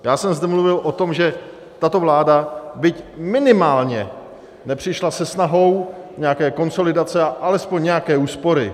Já jsem zde mluvil o tom, že tato vláda, byť minimálně, nepřišla se snahou nějaké konsolidace a alespoň nějaké úspory.